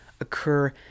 occur